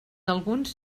alguns